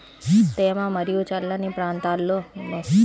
తేమ మరియు చల్లని ప్రాంతాల్లో పచ్చి బఠానీల సాగు లాభదాయకంగా ఉంటుంది